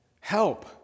help